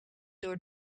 door